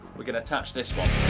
we're going to attach this one.